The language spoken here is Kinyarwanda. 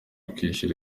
kwishyura